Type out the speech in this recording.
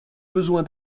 besoin